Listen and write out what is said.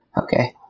Okay